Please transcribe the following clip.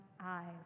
eyes